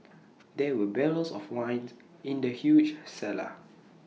there were barrels of wine in the huge cellar